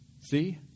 See